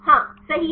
हा सही है